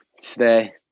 stay